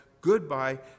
Goodbye